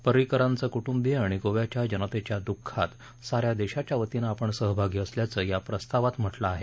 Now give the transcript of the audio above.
पर्रिकरांचे क्ट्ंबिय आणि गोव्याच्या जनतेच्या द्ःखात सा या देशाच्या वतीनं आपण सहभागी असल्याचं या प्रस्तावात म्हटलं आहे